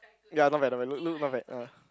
ya not bad not bad look look not bad ah